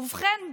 ובכן,